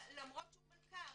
למרות שהוא מלכ"ר.